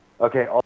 Okay